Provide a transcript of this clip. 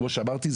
כפי שאמרתי,